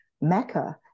mecca